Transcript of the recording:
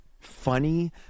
funny